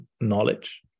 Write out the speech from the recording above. knowledge